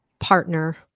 partner